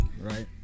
Right